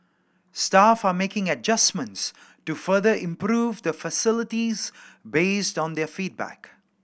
staff are making adjustments to further improve the facilities based on their feedback